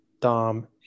dom